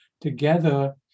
together